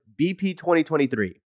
BP2023